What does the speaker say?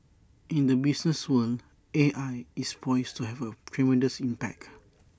in the business world A I is poised to have A tremendous impact